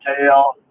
tail